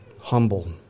humble